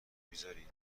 بیزارید